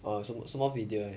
oh 什么什么 video leh